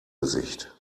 gesicht